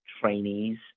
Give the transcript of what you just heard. trainees